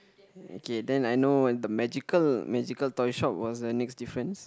okay then I know the magical magical toy shop was the next difference